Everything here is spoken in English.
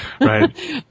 Right